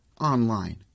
online